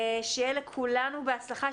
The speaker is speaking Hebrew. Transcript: שיהיה לכולנו בהצלחה,